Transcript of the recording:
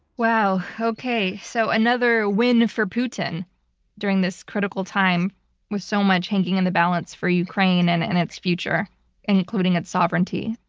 wow, okay. so another win for putin during this critical time with so much hanging in the balance for ukraine and and its future and including its sovereignty.